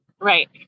Right